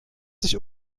sich